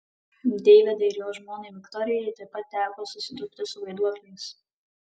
deividui ir jo žmonai viktorijai taip pat teko susidurti su vaiduokliais